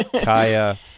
kaya